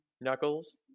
knuckles